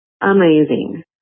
amazing